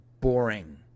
boring